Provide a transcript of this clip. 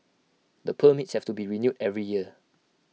the permits have to be renewed every year